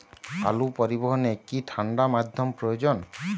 আলু পরিবহনে কি ঠাণ্ডা মাধ্যম প্রয়োজন?